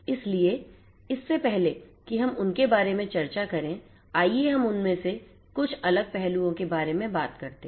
इसलिए इससे पहले कि हम उन के बारे में चर्चा करें आइए हम इनमें से कुछ अलग पहलुओं के बारे में बात करते हैं